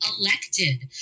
elected